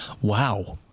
Wow